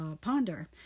ponder